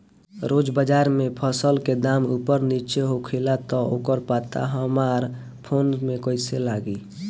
रोज़ बाज़ार मे फसल के दाम ऊपर नीचे होखेला त ओकर पता हमरा फोन मे कैसे लागी?